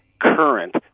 current